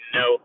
no